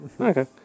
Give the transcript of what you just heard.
Okay